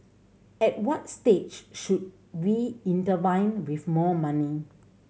at what stage should we intervene with more money